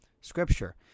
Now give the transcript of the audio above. Scripture